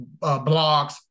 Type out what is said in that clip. blogs